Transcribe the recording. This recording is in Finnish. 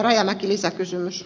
rouva puhemies